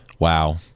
Wow